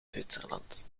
zwitserland